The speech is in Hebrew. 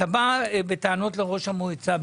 בא בטענות לראש המועצה.